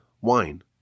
wine